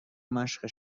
مشق